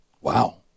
Wow